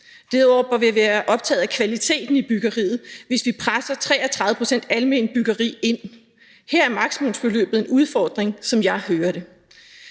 Derudover bør vi være optaget af kvaliteten i byggeriet, hvis vi presser 33 pct. alment byggeri ind. Her er maksimumsbeløbet en udfordring, som jeg hører det.